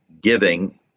giving